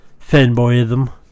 fanboyism